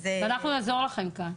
ואנחנו נעזור לכן כאן.